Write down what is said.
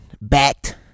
backed